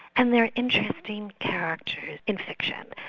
and they're interesting characters in fiction.